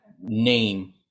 name